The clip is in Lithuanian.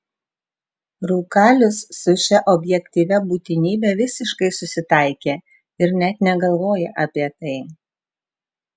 rūkalius su šia objektyvia būtinybe visiškai susitaikė ir net negalvoja apie tai